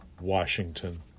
Washington